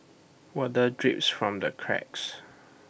water drips from the cracks